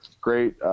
great